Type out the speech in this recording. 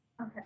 Okay